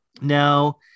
Now